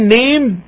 name